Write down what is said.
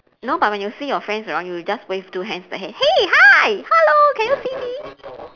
no but when you see your friends around you you just wave your two hands hey hi hello can you see me